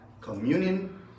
Communion